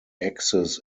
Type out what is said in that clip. axis